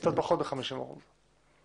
קצת פחות מחמישים אחוז.